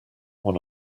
one